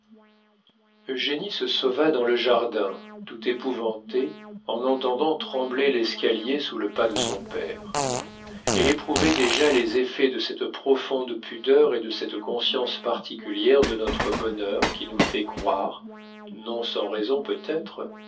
provisions eugénie se sauva dans le jardin tout épouvantée en entendant trembler l'escalier sous le pas de son père elle éprouvait déjà les effets de cette profonde pudeur et de cette conscience particulière de notre bonheur qui nous fait croire non sans raison peut-être